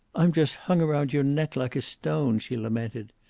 i'm just hung around your neck like a stone, she lamented.